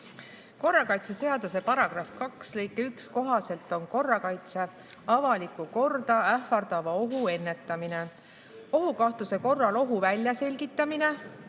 Korrakaitseseaduse § 2 lõike 1 kohaselt on korrakaitse avalikku korda ähvardava ohu ennetamine, ohukahtluse korral ohu väljaselgitamine,